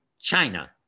China